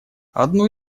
одну